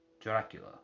Dracula